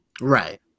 Right